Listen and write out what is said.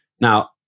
Now